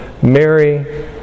Mary